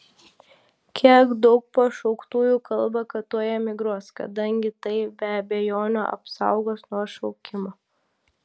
kiek daug pašauktųjų kalba kad tuoj emigruos kadangi tai be abejonių apsaugos nuo šaukimo